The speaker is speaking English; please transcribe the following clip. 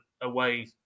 away